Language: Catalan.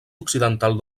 occidental